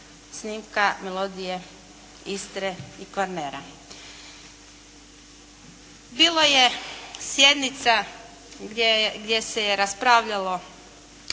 snimka melodije Istre i Kvarnera. Bilo je sjednica gdje se je raspravljalo,